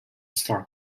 star